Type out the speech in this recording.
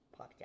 Podcast